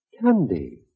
Candy